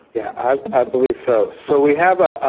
yeah, i believe so. so we have a